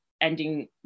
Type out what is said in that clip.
ending